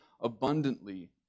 abundantly